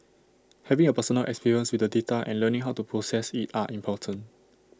having A personal experience with the data and learning how to process IT are important